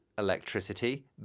electricity